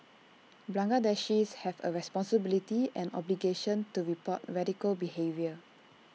Bangladeshis have A responsibility and obligation to report radical behaviour